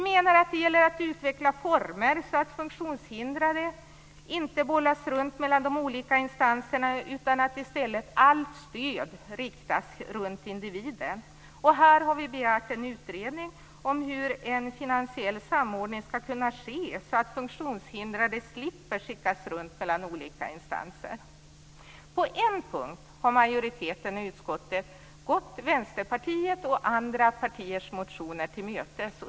Det gäller att utveckla former så att funktionshindrade inte bollas runt mellan de olika instanserna. Allt stöd skall i i stället riktas till individen. Här har vi begärt en utredning om hur en finansiell samordning skall kunna ske så att funktionshindrade slipper skickas runt mellan olika instanser. På en punkt har majoriteten i utskottet gått Vänsterpartiets och andra partiers motioner till mötes.